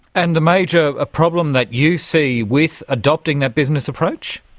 and the major ah problem that you see with adopting that business approach?